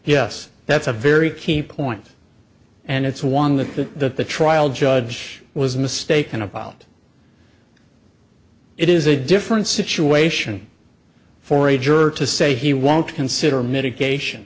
yes that's a very key point and it's one that the that the trial judge was mistaken about it is a different situation for a jerk to say he won't consider mitigation